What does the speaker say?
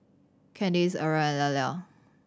Candice Erie and Eller